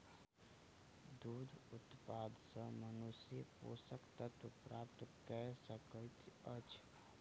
दूध उत्पाद सॅ मनुष्य पोषक तत्व प्राप्त कय सकैत अछि